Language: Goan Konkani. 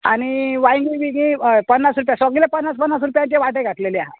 आनी वांयगी बींगी हय पन्नास रुपया सगलें पन्नास पन्नास रुपयाचे वांटे घातलेले आहा